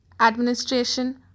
administration